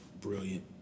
brilliant